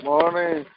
Morning